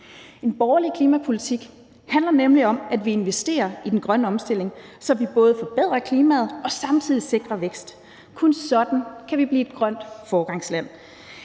En borgerlig klimapolitik handler nemlig om, at vi investerer i den grønne omstilling, så vi både forbedrer klimaet og samtidig sikrer vækst. Kun sådan kan vi blive et grønt foregangsland.